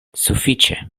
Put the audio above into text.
sufiĉe